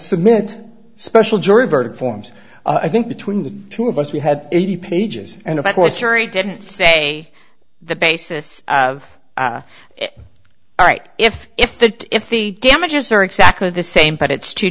submit special jury verdict forms i think between the two of us we had eighty pages and of course harry didn't say the basis of it all right if if that if the damages are exactly the same but it's two